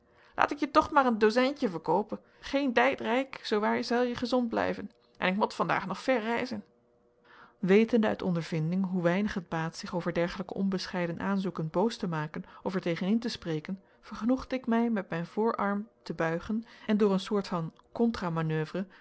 laat ik je toch maar een dhozijntje verkoopen gheen deit rijk zoowaar zelje ghezond blijven en ik mot vandhaag nog ver reizen wetende uit ondervinding hoe weinig het baat zich over dergelijke onbescheiden aanzoeken boos te maken of er tegen in te spreken vergenoegde ik mij met mijn voorarm te buigen en door een soort van